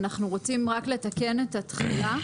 אנחנו רוצים רק לתקן את התחילה.